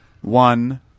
one